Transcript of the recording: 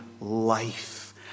life